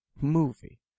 movie